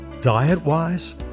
diet-wise